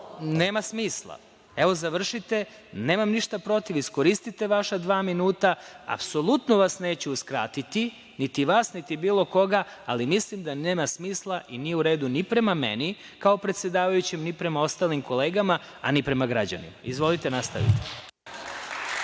nema smisla! Evo, završite, nemam ništa protiv. Iskoristite vaša dva minuta. Apsolutno vas neću uskratiti, niti vas, niti bilo koga, ali mislim da nema smisla i nije u redu ni prema meni, kao predsedavajućem, ni prema ostalim kolegama, a ni prema građanima. Izvolite, nastavite.(Narodni